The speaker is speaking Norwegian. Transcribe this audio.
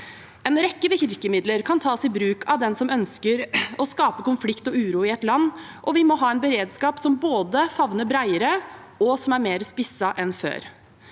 En rekke virkemidler kan tas i bruk av dem som ønsker å skape konflikt og uro i et land. Vi må ha en beredskap som både favner bredere og er mer spisset enn før,